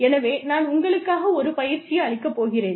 எனவே நான் உங்களுக்காக ஒரு பயிற்சி அளிக்கப் போகிறேன்